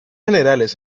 generales